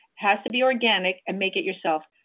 has to be organic and make it yourself.